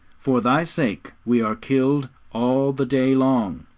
for thy sake we are killed all the day long.